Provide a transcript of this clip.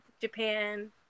japan